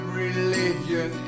religion